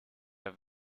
der